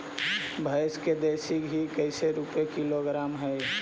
भैंस के देसी घी कैसे रूपये किलोग्राम हई?